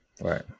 Right